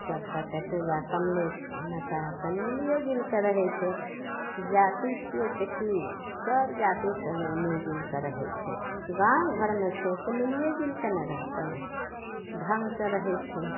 ईसभकेँ तऽ पूजा कमले छी मछहासभ मिलिएजुलिके रहै छै जाति छिए तऽ कि सब जातिसे लोक मिलिजुलिके रहै छै गामघरमे छै तऽ मिलिएजुलिके ने रहतै ढङ्गसे रहै छै